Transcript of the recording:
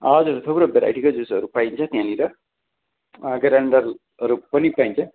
हजुर थुप्रो भेराइटीकै जुसहरू पाइन्छ त्यहाँनिर गारेन्डलहरू पनि पाइन्छ